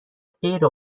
غیر